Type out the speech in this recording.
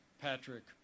Patrick